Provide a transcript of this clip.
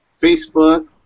Facebook